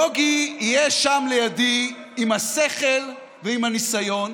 בוגי יהיה שם לידי, עם השכל ועם הניסיון,